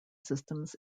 systems